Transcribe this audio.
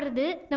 but the the